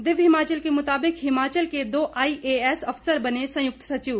दिव्य हिमाचल के मुताबिक हिमाचल के दो आईएएस अफसर बने संयुक्त सचिव